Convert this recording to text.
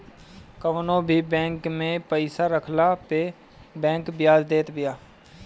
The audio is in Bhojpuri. कवनो भी बैंक में पईसा रखला पअ बैंक बियाज देत बिया